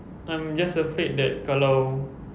I'm just afraid that kalau